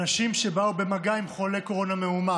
אנשים שבאו במגע עם חולה קורונה מאומת,